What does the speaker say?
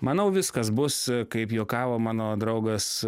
manau viskas bus a kaip juokavo mano draugas